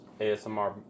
ASMR